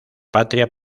patria